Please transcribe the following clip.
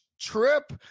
trip